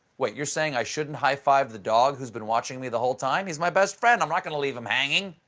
you're saying i shouldn't high five the dog who's been watching me the whole time? he's my best friend! i'm not gonna leave him hanging!